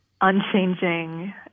unchanging